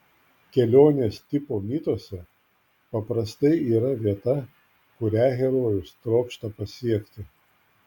kelionės tipo mituose paprastai yra vieta kurią herojus trokšta pasiekti